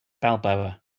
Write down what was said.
Balboa